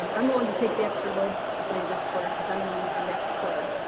um i'm willing to take the extra load for you this quarter, cause i'm gonna need you next quarter.